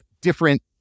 different